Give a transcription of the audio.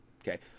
Okay